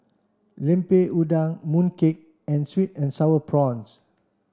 Lemper Udang Mooncake and sweet and sour prawns